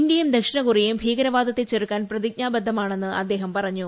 ഇന്ത്യയും ദക്ഷിണ കൊറിയയും ഭീകരവാദത്തെ ചെറുക്കാൻ പ്രതിജ്ഞാബദ്ധമാണെന്നും അദ്ദേഹം പറഞ്ഞു